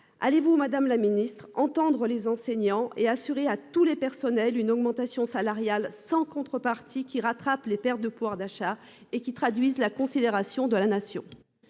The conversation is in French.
Allez-vous Madame la Ministre entendre les enseignants et assurer à tous les personnels, une augmentation salariale sans contrepartie qui rattrape les pertes de pouvoir d'achat et qui traduisent la considération de la nation.